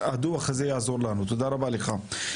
הדוח הזה יעזור לנו, תודה רבה לך.